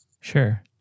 Sure